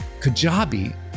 Kajabi